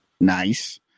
nice